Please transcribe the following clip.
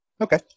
Okay